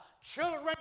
Children